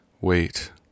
Wait